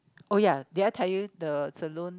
oh ya did I tell you the saloon